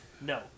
No